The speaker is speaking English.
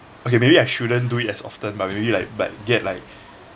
okay maybe I shouldn't do it as often but maybe like but get like